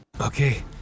Okay